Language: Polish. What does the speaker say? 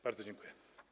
Bardzo dziękuję.